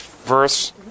Verse